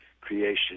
creation